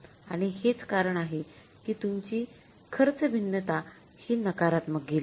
आणि हेच कारण आहे कि तुमची खर्च भिन्नता हि नकारात्मक गेली